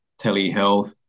telehealth